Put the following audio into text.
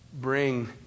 bring